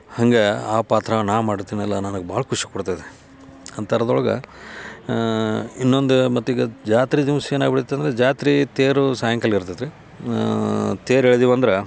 ಹಂಗೆ ಆ ಪಾತ್ರನ ನಾ ಮಾಡ್ತೀನಲ್ಲ ನನಗೆ ಭಾಳ ಖುಷಿ ಕೊಡ್ತದೆ ಅಂತರ್ದೊಳಗೆ ಇನ್ನೊಂದು ಮತ್ತು ಈಗ ಜಾತ್ರೆ ದಿವ್ಸ ಏನಾಗ್ಬಿಡತ್ತೆ ಅಂದರೆ ಜಾತ್ರೆ ತೇರು ಸಾಯಂಕಾಲ ಇರ್ತತೆ ರೀ ತೇರು ಎಳ್ದೀವಿ ಅಂದ್ರೆ